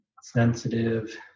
sensitive